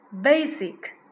basic